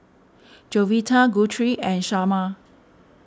Jovita Guthrie and Shamar